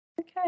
Okay